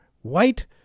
White